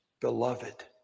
beloved